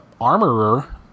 armorer